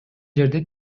жерде